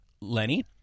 Lenny